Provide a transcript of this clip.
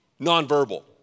nonverbal